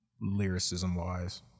lyricism-wise